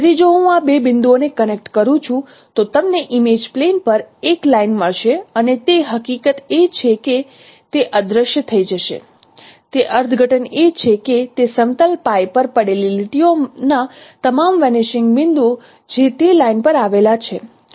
તેથી જો હું આ બે બિંદુઓને કનેક્ટ કરું છું તો તમને ઇમેજ પ્લેન પર એક લાઇન મળશે અને તે હકીકત એ છે કે તે અદૃશ્ય થઈ જશે તે અર્થઘટન એ છે કે તે સમતલ પર પડેલી લીટીઓના તમામ વેનીશિંગ બિંદુઓ જે તે લાઇન પર આવેલા છે